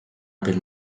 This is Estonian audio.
abil